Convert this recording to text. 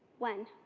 when?